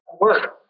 work